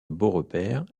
beaurepaire